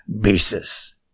basis